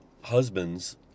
husbands